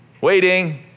waiting